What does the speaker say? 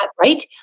right